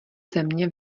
země